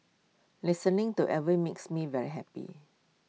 listening to Elvis makes me very happy